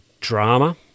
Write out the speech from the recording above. drama